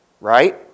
Right